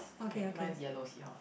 okay mine is yellow seahorse